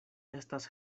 estas